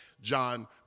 John